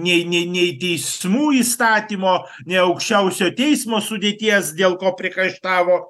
nei nei nei teismų įstatymo ne aukščiausiojo teismo sudėties dėl ko priekaištavo